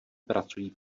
pracují